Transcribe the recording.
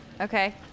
Okay